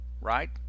Right